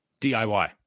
DIY